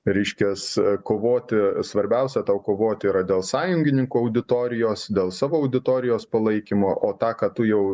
reiškias kovoti svarbiausia tau kovoti yra dėl sąjungininkų auditorijos dėl savo auditorijos palaikymo o tą ką tu jau